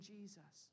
Jesus